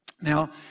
Now